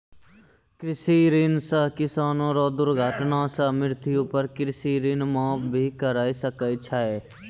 कृषि ऋण सह किसानो रो दुर्घटना सह मृत्यु पर कृषि ऋण माप भी करा सकै छै